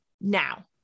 now